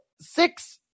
six